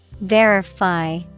Verify